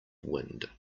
wind